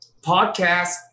Podcast